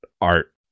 art